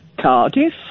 Cardiff